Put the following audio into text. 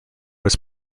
was